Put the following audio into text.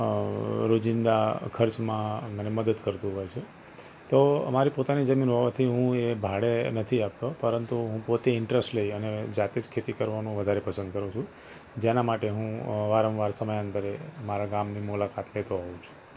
અ રોજિંદા ખર્ચમાં મને મદદ કરતું હોય છે તો અમારી પોતાની જમીન હોવાથી હું એ ભાડે નથી આપતો પરંતુ હું પોતે ઈન્ટરેસ્ટ લઇ જાતે જ ખેતી કરવાનું વધારે પસંદ કરું છું જેના માટે હું અ વારંવાર સમયાંતરે મારા ગામની મુલાકાત લેતો હોઉં છું